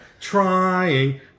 trying